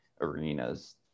arenas